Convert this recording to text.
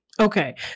Okay